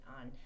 on